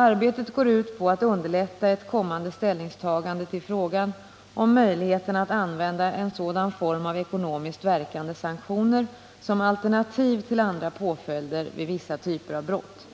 Arbetet går ut på att underlätta ett kommande ställningstagande till frågan om möjligheterna att använda en sådan form av ekonomiskt verkande sanktioner som alternativ till andra påföljder vid vissa typer av brott.